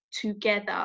together